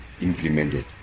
implemented